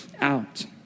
out